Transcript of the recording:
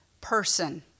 person